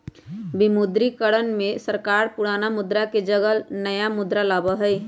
विमुद्रीकरण में सरकार पुराना मुद्रा के जगह नया मुद्रा लाबा हई